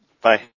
Bye